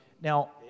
now